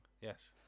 Yes